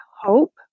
hope